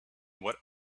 what